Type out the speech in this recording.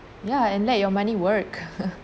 ya and let your money work